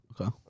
Okay